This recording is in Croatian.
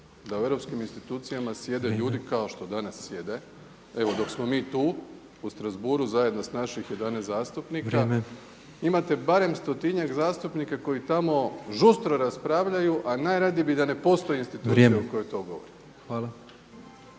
da u europskim institucijama sjede ljudi kao što danas sjede. Evo dok smo mi tu, u Strasbourgu zajedno s naših 11 zastupnika imate barem stotinjak zastupnika koji tamo žustro raspravljaju, a najradije bi da ne postoji institucija od toj govorimo.